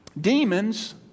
Demons